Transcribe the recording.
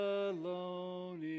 alone